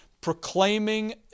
proclaiming